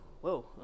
whoa